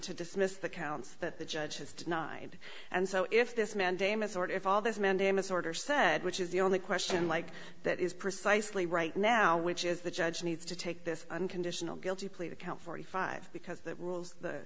to dismiss the counts that the judge has denied and so if this mandamus or if all this mandamus order said which is the only question like that is precisely right now which is the judge needs to take this unconditional guilty plea to count forty five because the rules the